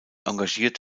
engagiert